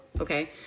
Okay